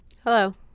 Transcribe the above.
Hello